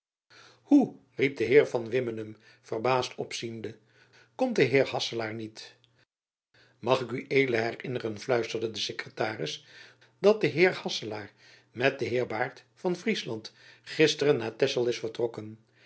hoe riep de heer van wimmenum verbaasd opziende komt de heer hasselaer niet mag ik ued herinneren fluisterde de sekretaris dat de heer hasselaer met den heer baert van friesland gisteren naar texel is vertrokken